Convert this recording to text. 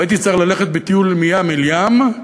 הייתי צריך ללכת בטיול מים אל ים,